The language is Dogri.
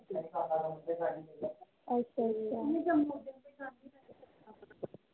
अच्छा अच्छा